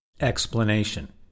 Explanation